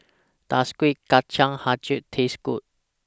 Does Kueh Kacang Hijau Taste Good